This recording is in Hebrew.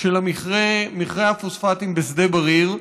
של מכרה הפוספטים בשדה בריר,